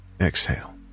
exhale